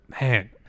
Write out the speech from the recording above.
man